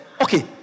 okay